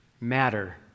matter